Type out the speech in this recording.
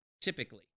typically